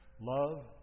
Love